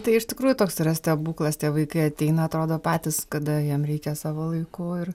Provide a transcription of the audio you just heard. tai iš tikrųjų toks yra stebuklas tie vaikai ateina atrodo patys kada jiem reikia savo laiku ir